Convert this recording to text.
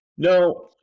No